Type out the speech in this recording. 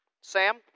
Sam